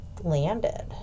landed